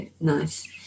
nice